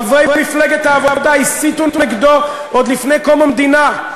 חברי מפלגת העבודה הסיתו נגדו עוד לפני קום המדינה.